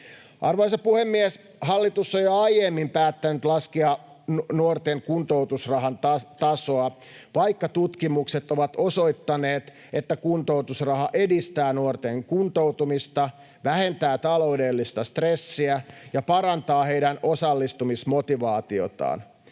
Arvoisa puhemies! Hallitus on jo aiemmin päättänyt laskea nuorten kuntoutusrahan tasoa, vaikka tutkimukset ovat osoittaneet, että kuntoutusraha edistää nuorten kuntoutumista, vähentää taloudellista stressiä ja parantaa heidän osallistumismotivaatiotaan.